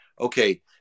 okay